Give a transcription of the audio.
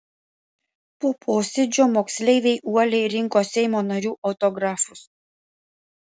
po posėdžio moksleiviai uoliai rinko seimo narių autografus